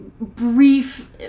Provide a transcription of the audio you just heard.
brief